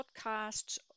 podcasts